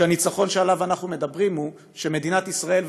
והניצחון שעליו אנחנו מדברים הוא שמדינת ישראל,